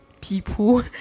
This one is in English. people